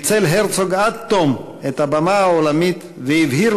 ניצל הרצוג עד תום את הבמה העולמית והבהיר